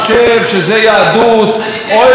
אתה לא יודע בכלל